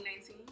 2019